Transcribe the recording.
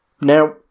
Now